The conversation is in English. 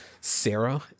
Sarah